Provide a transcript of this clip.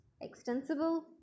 extensible